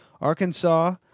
Arkansas